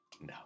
No